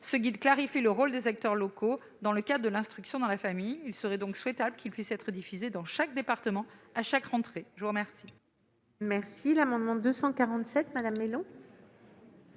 Ce guide clarifie le rôle des acteurs locaux dans le cadre de l'instruction en famille. Il serait donc souhaitable qu'il puisse être diffusé dans chaque département, à chaque rentrée. L'amendement n° 247 rectifié,